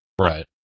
right